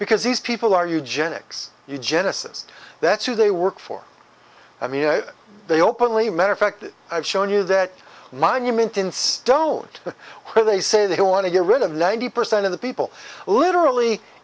because these people are eugenics you genesis that's who they work for i mean they openly metter fact i've shown you that monument in stone where they say they want to get rid of ninety percent of the people literally